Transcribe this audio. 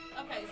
okay